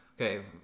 Okay